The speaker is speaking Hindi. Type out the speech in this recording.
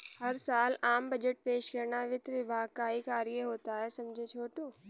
हर साल आम बजट पेश करना वित्त विभाग का ही कार्य होता है समझे छोटू